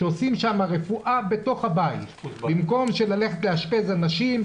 שעושים שם רפואה בתוך הבית במקום לאשפז אנשים.